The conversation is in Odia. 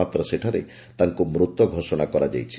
ମାତ୍ର ସେଠାରେ ତାଙ୍କୁ ମୃତ ଘୋଷଣା କରାଯାଇଛି